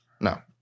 No